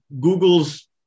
Google's